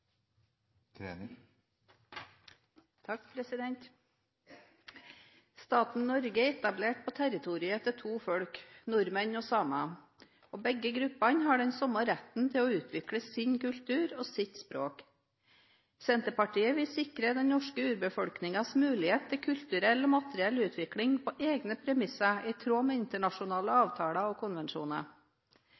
den debatten. Staten Norge er etablert på territoriet til to folk – nordmenn og samer – og begge gruppene har den samme retten til å utvikle sin kultur og sitt språk. Senterpartiet vil sikre den norske urbefolkningens mulighet til kulturell og materiell utvikling på egne premisser, i tråd med internasjonale avtaler og konvensjoner.